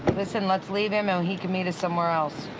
listen, let's leave him. and he can meet us somewhere else.